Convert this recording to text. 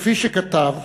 כפי שכתב